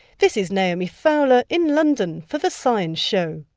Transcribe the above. this is naomi fowler in london for the science show.